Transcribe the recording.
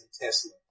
Tesla